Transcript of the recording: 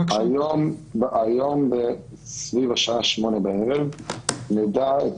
היום סביב השעה 20:00 בערב נדע את